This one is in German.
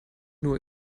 nur